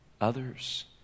others